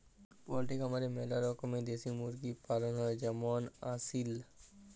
poultry খামারে ম্যালা রকমের দেশি মুরগি পালন হ্যয় যেমল আসিল